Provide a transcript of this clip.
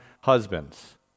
husbands